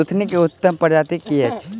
सुथनी केँ उत्तम प्रजाति केँ अछि?